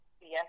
Yes